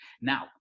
now